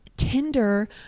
tinder